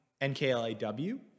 NKLAW